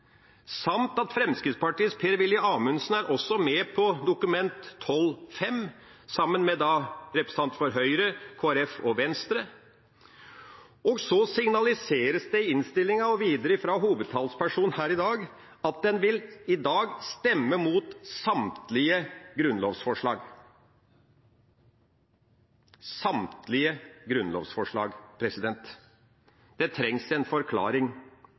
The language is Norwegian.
samt at Fremskrittspartiets Per-Willy Amundsen også er med på Dokument 12:5 for 2011–2012, sammen med representanter fra Høyre, Kristelig Folkeparti og Venstre. Og så signaliseres det i innstillinga og videre fra hovedtalspersonen her i dag at en i dag vil stemme mot samtlige grunnlovsforslag. Samtlige grunnlovsforslag! Det trengs en forklaring